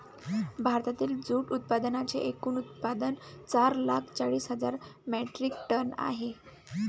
भारतातील जूट उत्पादनांचे एकूण उत्पादन चार लाख चाळीस हजार मेट्रिक टन आहे